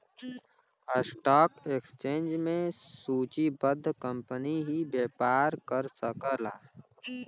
stock exchange में सूचीबद्ध company ही व्यापार कर सकला